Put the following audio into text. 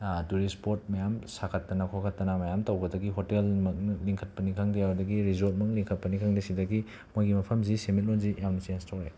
tourist spot ꯃꯌꯥꯝ ꯁꯥꯒꯠꯇꯅ ꯈꯣꯠꯀꯠꯇꯅ ꯃꯌꯥꯝ ꯇꯧꯕꯗꯒꯤ ꯍꯣꯇꯦꯜ ꯃꯛ ꯂꯤꯡꯈꯠꯄꯅꯤ ꯈꯪꯗꯦ ꯑꯗꯨꯗꯒꯤ ꯔꯤꯖꯣꯔꯠꯃꯛ ꯂꯤꯡꯈꯠꯄꯅꯤ ꯈꯪꯗꯦ ꯁꯤꯗꯒꯤ ꯃꯣꯏꯒꯤ ꯃꯐꯝꯁꯤ ꯁꯦꯟꯃꯤꯠꯂꯣꯟꯁꯤ ꯌꯥꯝꯅ ꯆꯦꯟꯖ ꯇꯧꯔꯦ